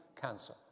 cancer